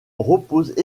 reposent